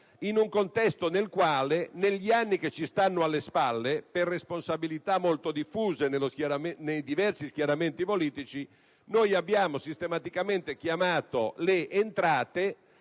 in un contesto nel quale negli anni che ci stanno alle spalle, per responsabilità molto diffuse nei diversi schieramenti politici, abbiamo sistematicamente chiamato le entrate